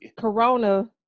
corona